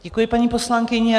Děkuji, paní poslankyně.